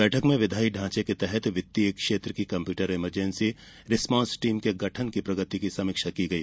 बैठक में विधाई ढांचे के तहत वित्तीय क्षेत्र की कंप्यूटर इमरजेंसी रिसपोंस टीम के गठन की प्रगति की समीक्षा की गई